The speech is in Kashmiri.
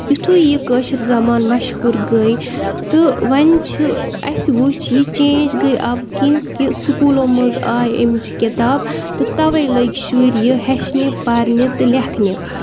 یُتھُے یہِ کٲشِر زَبان مشہوٗر گٔیے تہٕ وۄنۍ چھِ وٕچھ یہِ چینج گٔیے اَوٕکِنۍ کہِ سکوٗلو منٛز آے امہِ چہِ کِتاب تہٕ تَوَے لٔگۍ شُرۍ یہِ ہیٚچھنہٕ پَرنہِ تہٕ لٮ۪کھنہِ